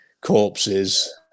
corpses